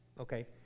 okay